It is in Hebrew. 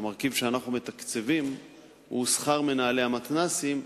המרכיב שאנו מתקצבים הוא שכר מנהלי המתנ"סים,